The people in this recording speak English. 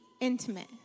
intimate